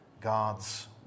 God's